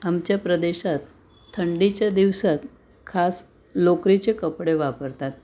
आमच्या प्रदेशात थंडीच्या दिवसात खास लोकरीचे कपडे वापरतात